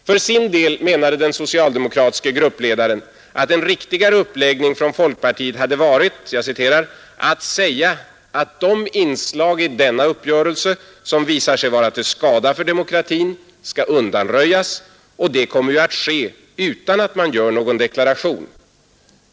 För sin del menade den socialdemokratiske gruppledaren att en riktigare uppläggning från folkpartiet hade varit ”att säga att de inslag i denna uppgörelse som visar sig vara till skada för demokratin, skall undanröjas, och det kommer ju att ske utan att man gör någon deklaration”.